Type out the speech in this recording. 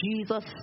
Jesus